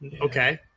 okay